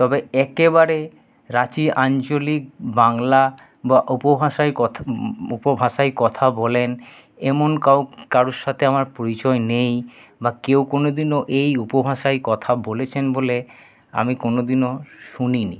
তবে একেবারে রাঁচি আঞ্চলিক বাংলা বা উপভাষায় ক উপভাষায় কথা বলেন এমন কাউ কারোর সাথে আমার পরিচয় নেই বা কেউ কোনো দিনও এই উপভাষায় কথা বলেছেন বলে আমি কোনো দিনও শুনিনি